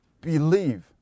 believe